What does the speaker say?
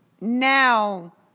now